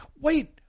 wait